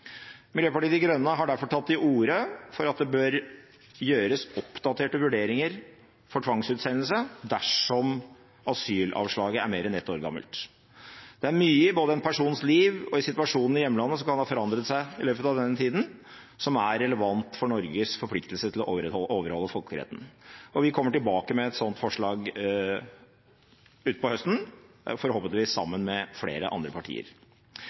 Miljøpartiet De Grønne har derfor tatt til orde for at det bør gjøres oppdaterte vurderinger av tvangsutsendelse dersom asylavslaget er mer enn ett år gammelt. Det er mye både i en persons liv og i situasjonen i hjemlandet som kan ha forandret seg i løpet av denne tida, som er relevant for Norges forpliktelser til å overholde folkeretten. Vi kommer tilbake med et sånt forslag utpå høsten, forhåpentligvis sammen med flere andre partier.